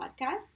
podcast